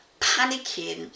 panicking